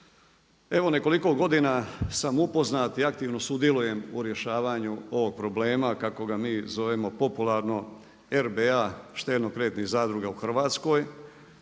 Evo, nekoliko godina sam upoznat i aktivno sudjelujem u rješavanju ovog problema kako ga mi zovemo popularno RBA štedno-kreditnih zadruga u Hrvatskoj.